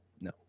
No